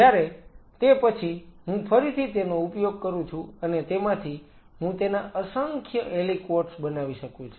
જ્યારે તે પછી હું ફરીથી તેનો ઉપયોગ કરું છું અને તેમાંથી હું તેના અસંખ્ય એલીકવોટ્સ બનાવી શકું છું